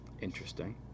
Interesting